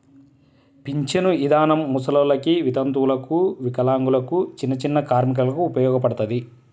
పింఛను ఇదానం ముసలోల్లకి, వితంతువులకు, వికలాంగులకు, చిన్నచిన్న కార్మికులకు ఉపయోగపడతది